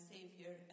Savior